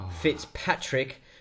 Fitzpatrick